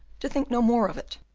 to think no more of it,